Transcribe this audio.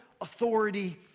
authority